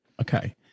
Okay